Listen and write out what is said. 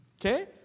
Okay